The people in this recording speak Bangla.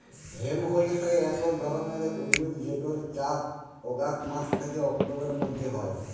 হেম্প হইসে একট ধরণের উদ্ভিদ যেটর চাস অগাস্ট মাস থ্যাকে অক্টোবরের মধ্য হয়